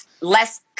less